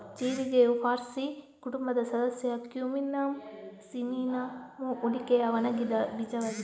ಜೀರಿಗೆಯು parsley ಕುಟುಂಬದ ಸದಸ್ಯ Cuminum cyminum ಮೂಲಿಕೆಯ ಒಣಗಿದ ಬೀಜವಾಗಿದೆ